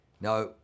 Now